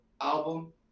album